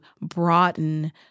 broaden